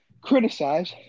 criticize